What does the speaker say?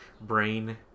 brain